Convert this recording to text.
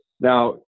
Now